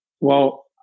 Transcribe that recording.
Well-